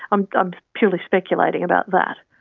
i'm i'm purely speculating about that.